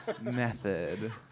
Method